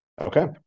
Okay